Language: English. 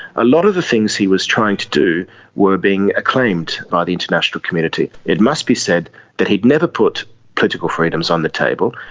a lot of the things he was trying to do were being acclaimed by the international community. it must be said that he'd never put political freedoms on the table,